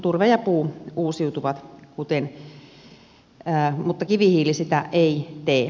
turve ja puu uusiutuvat mutta kivihiili sitä ei tee